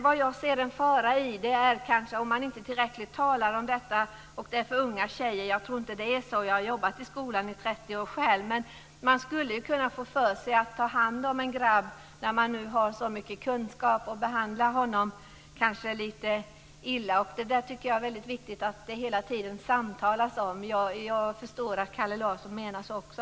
Vad jag ser en fara i är om man inte tillräckligt mycket talar om detta med unga tjejer. Jag tror i och för sig inte att det är någon fara. Jag har själv jobbat i skolan i 30 år. Men någon som har så mycket kunskap skulle ju kunna få för sig att ta hand om en grabb och kanske behandla honom lite illa. Därför tycker jag att det är viktigt att hela tiden samtala om detta. Jag förstår att det är det Kalle Larsson menar också.